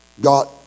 God